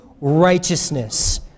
righteousness